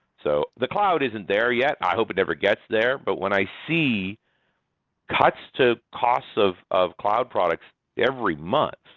so the cloud isn't there yet. i hope it never gets there, but when i see cuts to costs of of cloud products every month,